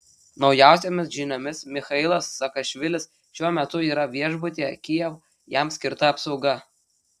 naujausiomis žiniomis michailas saakašvilis šiuo metu yra viešbutyje kijev jam skirta apsauga